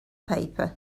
paper